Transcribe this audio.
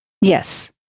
Yes